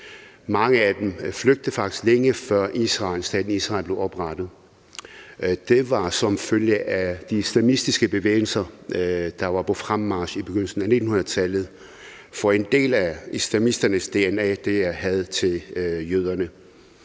Mange af dem flygtede faktisk, længe før staten Israel blev oprettet. Det var som følge af de islamistiske bevægelser, der var på fremmarch i begyndelsen af 1900-tallet, for en del af islamisternes dna er had til jøderne.